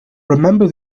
remember